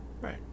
Right